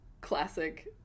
classic